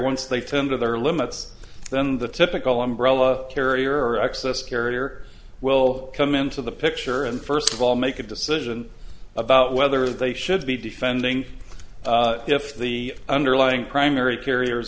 once they tend to their limits then the typical umbrella carrier access carrier will come into the picture and first of all make a decision about whether they should be defending if the underlying primary carrier